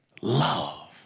love